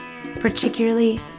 particularly